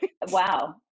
Wow